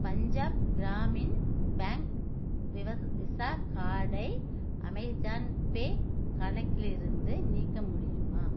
Punjab Gramin bank விவ visa card Amazon Pay கணக்கிலிருந்து நீக்க முடியுமா